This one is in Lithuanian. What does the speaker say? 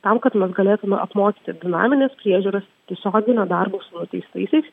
tam kad mes galėtume apmokyti dinaminės priežiūros tiesioginio darbo su nuteistaisiais